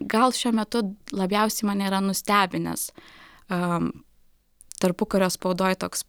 gal šiuo metu labiausiai mane yra nustebinęs tarpukario spaudoj toks